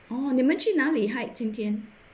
哦你们去哪里 hike 今天